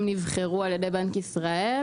הם נבחרו על ידי בנק ישראל